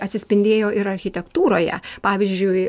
atsispindėjo ir architektūroje pavyzdžiui